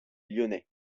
lyonnais